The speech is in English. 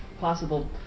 possible